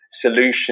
solution